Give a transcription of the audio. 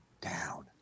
down